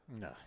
No